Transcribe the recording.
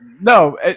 No